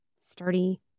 sturdy